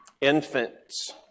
infants